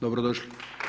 Dobro došli.